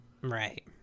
Right